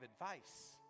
advice